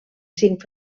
cinc